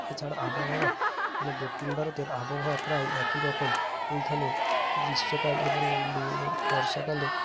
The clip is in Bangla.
এছাড়া আবহাওয়া দক্ষিণ ভারতের আবহাওয়া প্রায় একই রকম এইখানে গ্রীষ্মকাল এবং বর্ষাকালে